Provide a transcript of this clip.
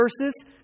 verses